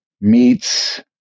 meats